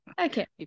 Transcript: okay